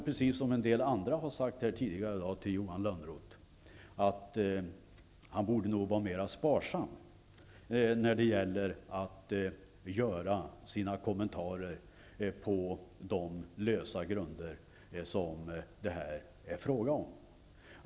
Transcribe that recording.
Precis som vissa andra har sagt här tidigare tror jag att Johan Lönnroth borde vara mera sparsam när det gäller att göra kommentarer på så lösa grunder som det här är fråga om.